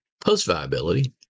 post-viability